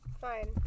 Fine